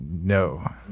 No